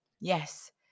Yes